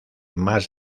más